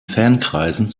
fankreisen